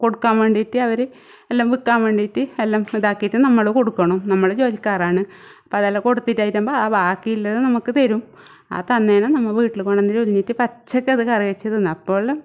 കൊടുക്കാ വേണ്ടിയിട്ട് അവർ എല്ലാം വിക്കാൻ വേണ്ടിയിട്ട് എല്ലാം ഇതാക്കിയിട്ട് നമ്മൾ കൊടുക്കണം നമ്മൾ ജോലിക്കാരാണ് അപ്പോൾ അതെല്ലാം കൊടുത്തിട്ട് കഴിയുമ്പോൾ ബാക്കിയുള്ളത് നമുക്ക് തരും അതന്നേരം നമ്മൾ വീട്ടിൽ കൊണ്ടുവന്ന് ഉരിഞ്ഞിട്ട് പച്ചയ്ക്ക് അത് കറിവച്ച് തിന്നും അപ്പോൾ